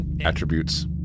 attributes